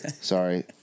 Sorry